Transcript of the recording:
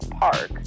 park